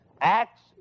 Acts